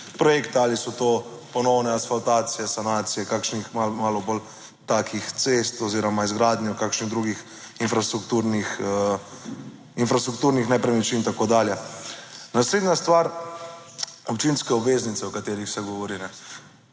ali so to ponovne asfaltacije, sanacije kakšnih malo bolj takih cest oziroma izgradnjo kakšnih drugih infrastrukturnih nepremičnin in tako dalje. Naslednja stvar, občinske obveznice, o katerih se govori.